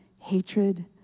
hatred